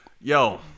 yo